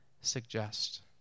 suggest